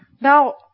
Now